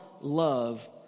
love